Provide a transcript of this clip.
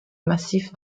massif